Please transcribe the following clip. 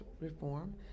reform